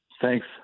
Thanks